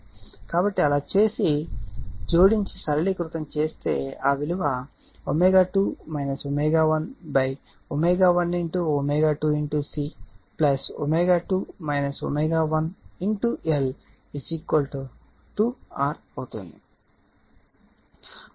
కాబట్టి అలా చేసి జోడించి సరళీకృతం చేస్తే ఆ విలువ ω2 ω1 ω1 ω2 C ω2 ω1 L 2 R అవుతుంది